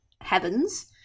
heavens